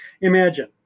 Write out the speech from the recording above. Imagine